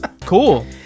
Cool